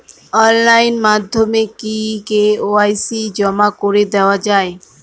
Online মাধ্যমে কি KYC জমা করে দেওয়া য়ায়?